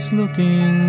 looking